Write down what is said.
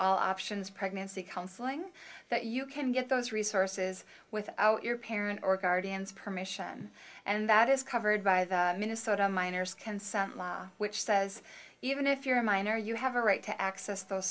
and options pregnancy counseling that you can get those resources without your parent or guardians permission and that is covered by the minnesota minors consent law which says even if you're a minor you have a right to access those